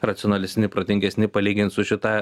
racionalesni protingesni palygint su šitą